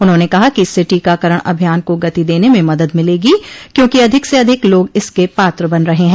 उन्होंने कहा कि इससे टीकाकरण अभियान को गति देने में मदद मिलेगी क्योंकि अधिक से अधिक लोग इसके पात्र बन रहे हैं